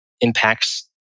impacts